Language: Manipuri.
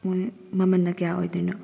ꯎꯝ ꯃꯃꯜꯅ ꯀꯌꯥ ꯑꯣꯏꯗꯣꯏꯅꯣ